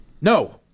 No